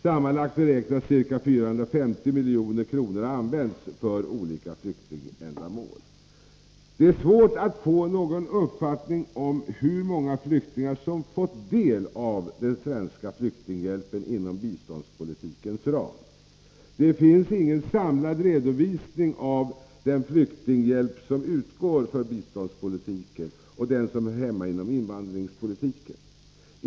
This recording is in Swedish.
Sammanlagt beräknas ca 450 milj.kr. ha använts för olika flyktingändamål. Det är svårt att få någon uppfattning om hur många flyktingar som fått del av den svenska flyktinghjälpen inom biståndspolitikens ram. Det finns ingen samlad redovisning av den flyktinghjälp som utgår för biståndspolitiken och den som hör hemma inom invandringspolitiken.